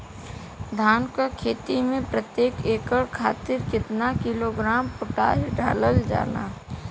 धान क खेती में प्रत्येक एकड़ खातिर कितना किलोग्राम पोटाश डालल जाला?